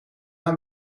aan